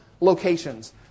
locations